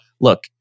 look